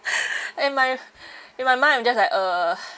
in my in my mind I'm just like ugh